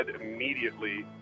immediately